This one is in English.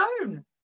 own